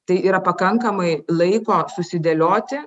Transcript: tai yra pakankamai laiko susidėlioti